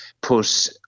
put